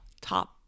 top